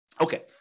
Okay